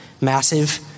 massive